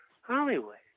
Hollywood